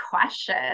question